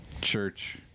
church